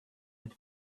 had